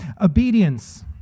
Obedience